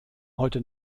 heute